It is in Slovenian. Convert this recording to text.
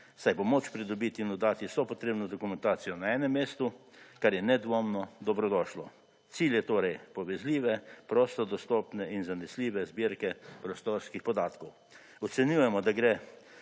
saj bo moč pridobiti in oddati vso potrebno dokumentacijo na enem mestu, kar je nedvomno dobrodošlo. Cilj je torej povezljive, prosto dostopne in zanesljive zbirke prostorskih podatkov. Ocenjujemo, da gre